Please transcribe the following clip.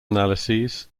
analyses